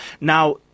Now